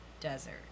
desert